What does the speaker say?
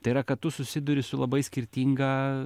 tai yra kad tu susiduri su labai skirtinga